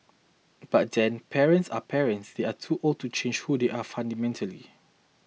but then parents are parents they are too old to change who they are fundamentally